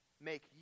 make